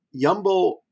Yumbo